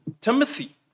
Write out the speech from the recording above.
Timothy